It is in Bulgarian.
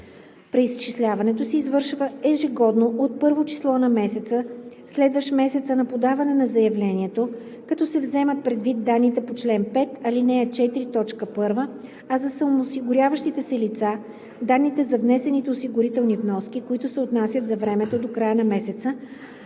Преизчисляването се извършва ежегодно, от първо число на месеца, следващ месеца на подаване на заявлението, като се вземат предвид данните по чл. 5, ал. 4, т. 1, а за самоосигуряващите се лица – данните за внесените осигурителни вноски, които се отнасят за времето до края на месеца